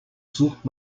sucht